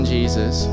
Jesus